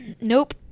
Nope